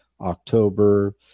October